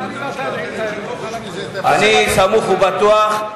אני סמוך ובטוח,